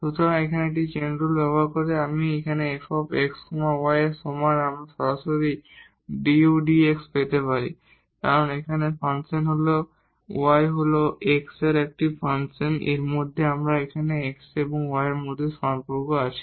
সুতরাং এখানে এই চেইন রুল ব্যবহার করে আপনি f x y এর সমান আমরা সরাসরি du dx পেতে পারি কারণ এখানে ফাংশন y হল x এর একটি ফাংশন এর মধ্যে আমাদের এখানে x এবং y এর মধ্যে সম্পর্ক আছে